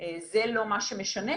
זה לא מה שמשנה,